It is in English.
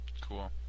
Cool